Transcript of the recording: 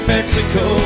Mexico